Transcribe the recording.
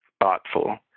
Thoughtful